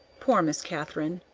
poor miss katharine!